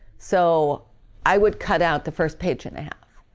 so i would cut out the first page and a half.